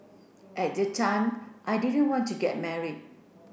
at the time I didn't want to get married